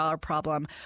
Problem